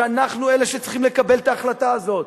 אנחנו אלה שצריכים לקבל את ההחלטה הזאת,